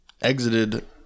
exited